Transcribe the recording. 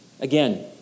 Again